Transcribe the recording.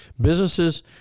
Businesses